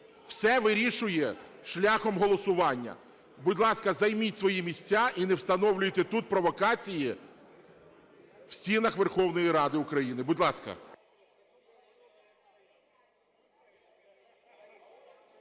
все вирішується шляхом голосування. Будь ласка, займіть свої місця і не встановлюйте тут провокації в стінах Верховної Ради України. Будь ласка.